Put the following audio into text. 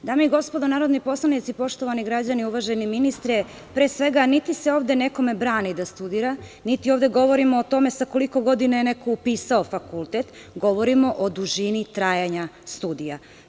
i gospodo narodni poslanici, poštovani građani, poštovani ministre, pre svega, niti se ovde nekome brani da studira, niti ovde govorimo o tome sa koliko godina je neko upisao fakultet, govorimo o dužini trajanja studija.